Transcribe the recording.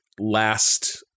last